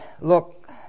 look